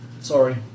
sorry